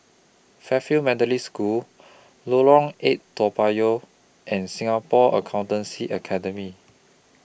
Fairfield Methodist School Lorong eight Toa Payoh and Singapore Accountancy Academy